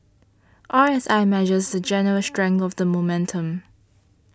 R S I measures the general strength of the momentum